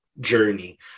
journey